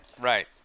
right